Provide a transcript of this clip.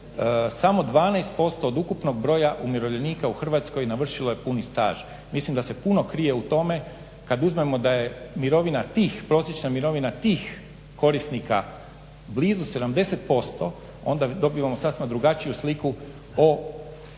samo 12% od ukupnog broja umirovljenika u Hrvatskoj navršilo je puni staž. Mislim da se puno krije u tome kad uzmemo da je mirovina tih, prosječna mirovina tih korisnika blizu 70% onda dobivamo sasma drugačiju sliku o